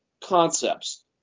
concepts